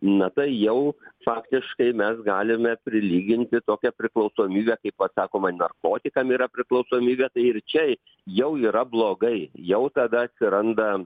na tai jau faktiškai mes galime prilyginti tokią priklausomybę kaip vat sakoma narkotikam yra priklausomybė tai ir čia jau yra blogai jau tada atsiranda